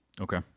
Okay